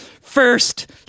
first